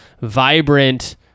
vibrant